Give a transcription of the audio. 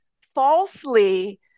falsely